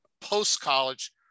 post-college